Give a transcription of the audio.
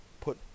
put